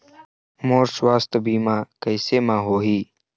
मोर सुवास्थ बीमा कैसे म होही?